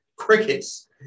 crickets